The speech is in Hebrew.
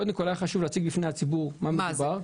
קודם כל היה חשוב להציג בפני הציבור במה מדובר.